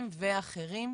נשיים ואחרים,